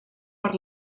per